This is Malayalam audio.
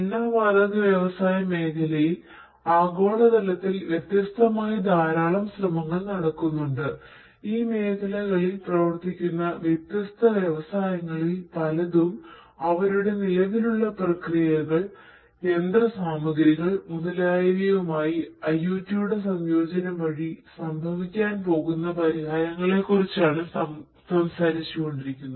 എണ്ണ വാതക വ്യവസായ മേഖലയിൽ ആഗോളതലത്തിൽ വ്യത്യസ്തമായ ധാരാളം ശ്രമങ്ങൾ നടക്കുന്നുണ്ട് ഈ മേഖലകളിൽ പ്രവർത്തിക്കുന്ന വ്യത്യസ്ത വ്യവസായങ്ങളിൽ പലതും അവരുടെ നിലവിലുള്ള പ്രക്രിയകൾ യന്ത്രസാമഗ്രികൾ മുതലായവയുമായി IoTയുടെ സംയോജനം വഴി സംഭവിക്കാൻ പോകുന്ന പരിഹാരങ്ങളെക്കുറിച്ചാണ് സംസാരിക്കുന്നത്